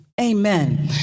Amen